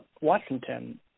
Washington